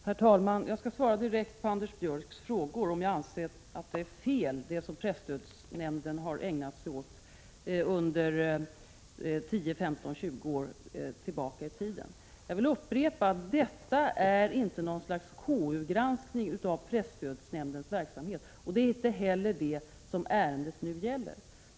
Herr talman! Jag skall svara direkt på Anders Björcks frågor om jag anser att det som presstödsnämnden ägnat sig åt under 10, 15, eller 20 år är fel. Jag vill upprepa att detta inte är något slags KU-granskning av presstödsnämndens verksamhet. Det är inte heller det ärendet nu gäller.